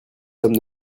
somme